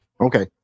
Okay